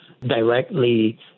directly